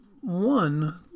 one